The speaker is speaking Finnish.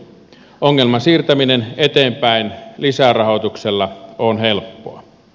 ongelman siirtäminen eteenpäin lisärahoituksella on helppoa